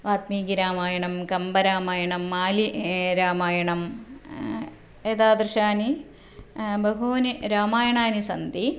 वाल्मीकिरामायणं कम्बरामायणं मालि रामायणं एतादृशानि बहूनि रामायणानि सन्ति